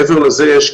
מעבר לזה יש,